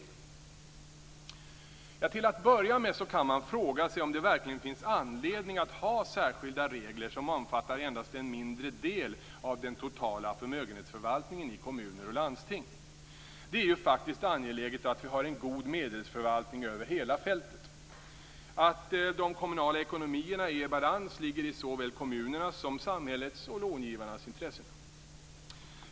Till att börja med kan man fråga sig om det verkligen finns anledning att ha särskilda regler som omfattar endast en mindre del av den totala förmögenhetsförvaltningen i kommuner och landsting. Det är ju faktiskt angeläget att vi har en god medelsförvaltning över hela fältet. Att de kommunala ekonomierna är i balans ligger i såväl kommunernas som samhällets och långivarnas intressen.